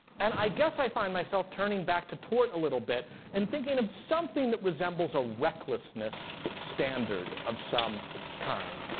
and i guess i find myself turning back to tort a little bit and thinking of something that resembles a recklessness standard of some kind.